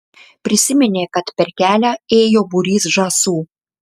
prisiminė kad per kelią ėjo būrys žąsų